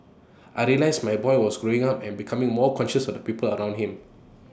I realised my boy was growing up and becoming more conscious of the people around him